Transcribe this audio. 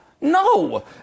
No